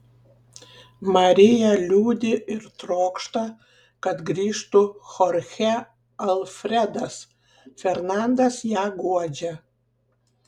marija liūdi ir trokšta kad grįžtų chorchė alfredas fernandas ją guodžia